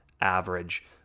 average